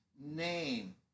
name